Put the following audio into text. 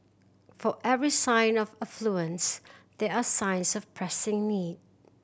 for every sign of affluence there are signs of pressing need